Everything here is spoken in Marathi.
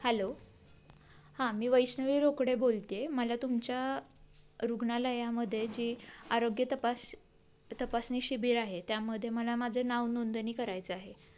हॅलो हां मी वैष्णवी रोकडे बोलते आहे मला तुमच्या रुग्णालयामध्ये जी आरोग्य तपास तपासणी शिबिर आहे त्यामधे मला माझं नावनोंदणी करायचं आहे